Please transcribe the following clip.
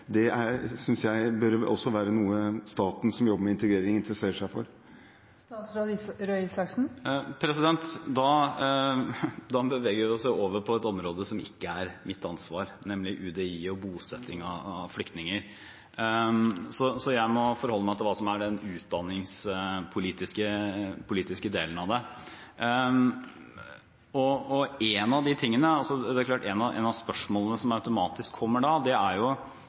jeg bør være noe også staten, som jobber med integrering, interesserer seg for. Her beveger vi oss over på et område som ikke er mitt ansvar, nemlig UDI og bosetting av flyktninger. Jeg må forholde meg til hva som er den utdanningspolitiske delen av det. Et av spørsmålene som automatisk kommer da – siden jeg ikke kan svare på spørsmål om bosetting – er: Når man først er bosatt, skal man da i utgangspunktet ha rett til å gå på nærskolen? Det